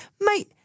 mate